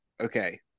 okay